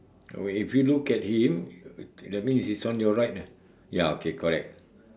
oh if you look at him that means it's on your right ah ya okay correct